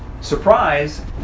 Surprise